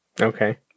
Okay